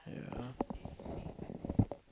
ya